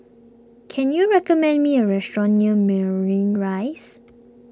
can you recommend me a restaurant near marine Rise